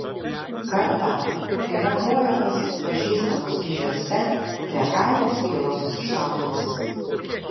kartą kai nakvojo pas pažįstamus kižiuose prie kaimo kilo susišaudymas